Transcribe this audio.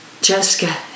Jessica